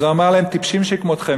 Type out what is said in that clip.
אז הוא אמר להם: טיפשים שכמותכם,